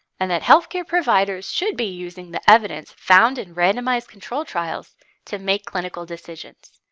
and that health care providers should be using the evidence found in randomized control trials to make clinical decisions.